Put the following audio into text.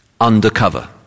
undercover